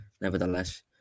nevertheless